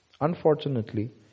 Unfortunately